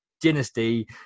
dynasty